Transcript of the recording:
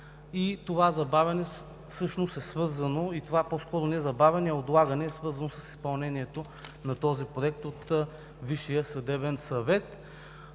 това отлагане е свързано с изпълнението на този проект от Висшия съдебен съвет.